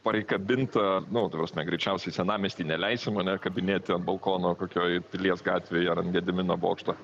pareikabintą nu ta prasme greičiausiai senamiesty neleisim ane kabinėti ant balkono kokioj pilies gatvėj ar ant gedimino bokšto